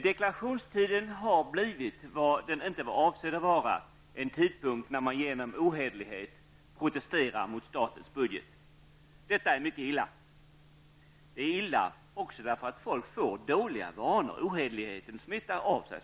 Deklarationstiden har blivit vad den inte var avsedd att vara -- en tidpunkt när man genom ohederlighet protesterar mot statens budget. Detta är mycket illa. Det är illa också därför att folk får dåliga vanor. Ohederligheten smittar av sig.